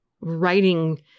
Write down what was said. writing